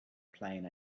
playing